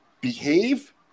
behave